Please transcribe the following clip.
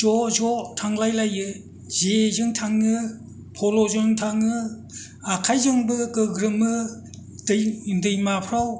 ज' ज' थांलायलायो जेजों थाङो फल'जों थाङो आखायजोंबो गोग्रोमो दै दैमाफोराव